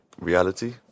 reality